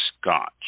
Scotch